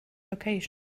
location